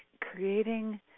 creating